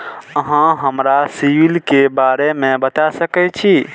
अहाँ हमरा सिबिल के बारे में बता सके छी?